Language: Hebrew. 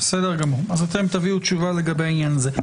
בסדר גמור, אז תביאו תשובה לעניין הזה.